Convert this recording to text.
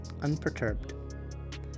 unperturbed